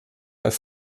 auf